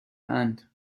اند